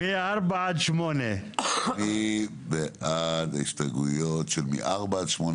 מ-4 עד 8. מי בעד ההסתייגויות מ-4 עד 8,